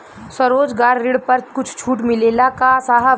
स्वरोजगार ऋण पर कुछ छूट मिलेला का साहब?